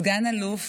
סגן אלוף